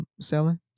selling